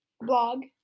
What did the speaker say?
Blog